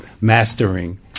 mastering